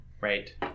Right